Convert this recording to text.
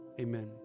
Amen